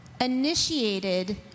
initiated